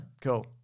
cool